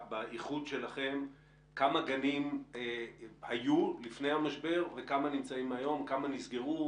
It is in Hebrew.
נתונים כמה גנים היו לפני המשבר וכמה נסגרו?